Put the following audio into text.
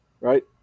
right